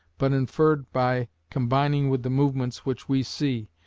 but inferred by combining with the movements which we see,